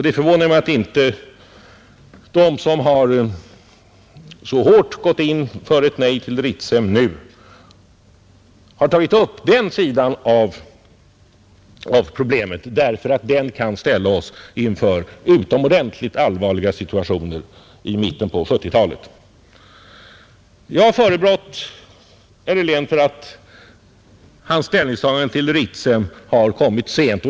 Det förvånar mig att de som så hårt har gått in för ett nej till Ritsem nu inte har tagit upp den sidan av problemet, eftersom den kan ställa oss inför utomordentligt allvarliga situationer i mitten på 1970-talet. Jag har kritiserat herr Helén för att hans ställningstagande till Ritsem har kommit sent.